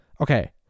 Okay